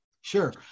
Sure